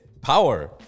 power